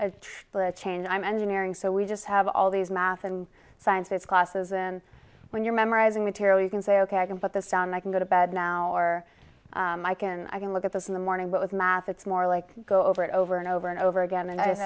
as but change i'm engineering so we just have all these math and science based classes in when you're memorizing material you can say ok i can put the sound i can go to bed now or i can i can look at this in the morning but with math it's more like go over it over and over and over again and